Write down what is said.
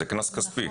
זה קנס כספי.